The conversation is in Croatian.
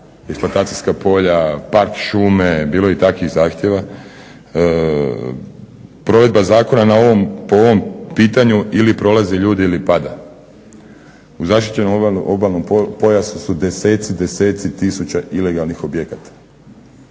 eksploatacijska polja, park, šume, bilo je i takvih zahtjeva. Provedba zakona po ovom pitanju, ili prolazi ljudi ili pada. U zaštićenom obalnom pojasu su deseci, deseci tisuća ilegalnih objekata.